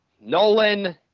Nolan